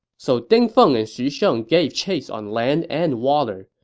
so ding feng and xu sheng gave chase on land and water.